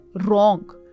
wrong